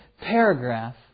paragraph